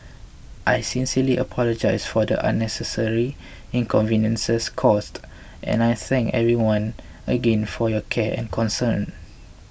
I sincerely apologise for the unnecessary inconveniences caused and I thank everyone again for your care and concern